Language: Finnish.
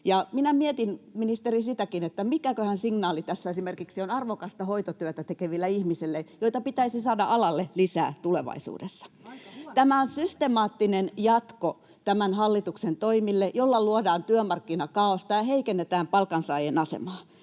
Minä mietin, ministeri, sitäkin, mikäköhän signaali tässä esimerkiksi on arvokasta hoitotyötä tekeville ihmisille, joita pitäisi saada alalle lisää tulevaisuudessa. [Krista Kiuru: Aika huono signaali!] Tämä on systemaattinen jatko tämän hallituksen toimille, joilla luodaan työmarkkinakaaosta ja heikennetään palkansaajien asemaa.